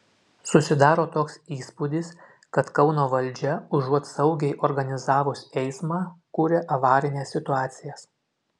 susidaro toks įspūdis kad kauno valdžia užuot saugiai organizavus eismą kuria avarines situacijas